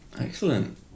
Excellent